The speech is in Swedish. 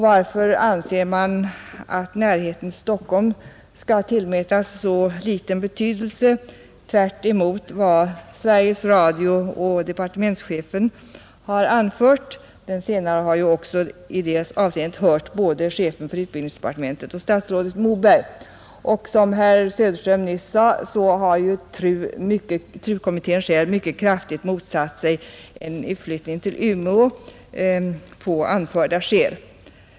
Varför anser man att närheten till Stockholm skall tillmätas så liten betydelse tvärtemot vad Sveriges Radio och departementschefen anfört? Departementschefen har ju i det avseendet hört både chefen för utbildningsdepartementet och statsrådet Moberg. Såsom herr Söderström nyss sade har TRU-kommittén själv av anförda skäl mycket kraftigt motsatt sig en utflyttning till Umeå.